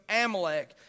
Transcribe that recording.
Amalek